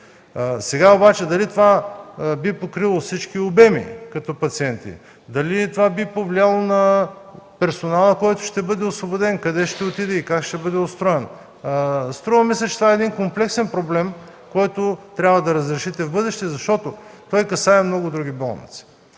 Сега обаче дали това би покрило всички обеми като пациенти, дали това би повлияло на персонала, който ще бъде освободен, къде ще отиде и как ще бъде устроен – струва ми се, че това е един комплексен проблем, който трябва да разрешите в бъдеще, защото той касае много други болници.